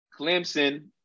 Clemson